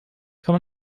kann